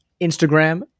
Instagram